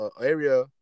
area